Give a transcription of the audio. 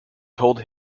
told